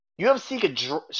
UFC